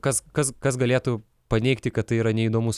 kas kas kas galėtų paneigti kad tai yra neįdomus